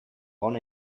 bon